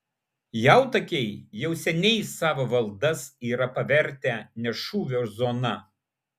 jautakiai jau seniai savo valdas yra pavertę ne šūvio zona